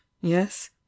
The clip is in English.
yes